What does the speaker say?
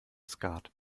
skat